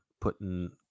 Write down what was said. putting